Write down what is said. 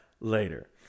later